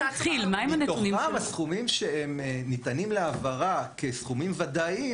--- מתוכם הסכומים שניתנים להעברה כסכומים ודאיים